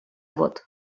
vot